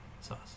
sauce